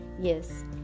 Yes